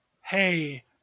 hey